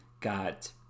got